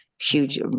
huge